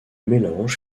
mélange